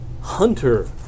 hunter